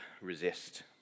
resist